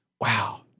wow